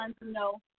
No